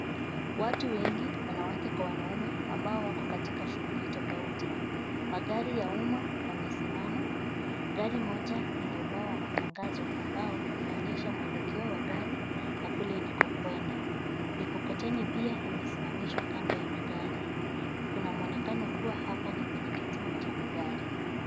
Watu wengi, wanawake kwa wanaume ambao wako katika shughuli tofauti, magari ya umma, yamesimama, gari moja ina ubao wa matangazo ambao, unaonyesha mwelekeo wa gari, na kule inakokwenda, mikokoteni pia imesimamishwa kando ya magari, kuna mwonekano kuwa hapa ni kwenye kituo cha magari.